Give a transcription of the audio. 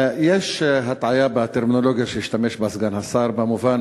יש הטעיה בטרמינולוגיה שהשתמש בה סגן השר במובן